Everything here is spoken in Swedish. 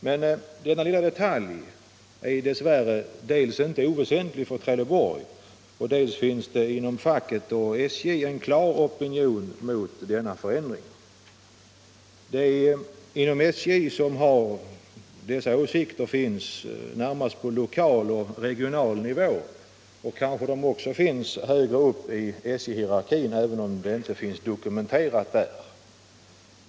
Men dels är denna lilla detalj dess värre inte oväsentlig för Trelleborg, dels finns det inom facket och SJ en klar opinion mot denna förändring. De inom SJ som har denna åsikt finns på lokal och regional nivå. Kanske finns det också företrädare för denna åsikt högre upp inom SJ hierarkin, även om detta inte på något sätt dokumenterats.